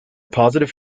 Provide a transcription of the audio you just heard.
positive